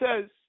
says